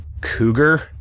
cougar